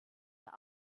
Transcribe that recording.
der